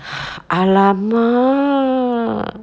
!alamak!